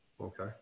Okay